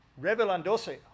revelándose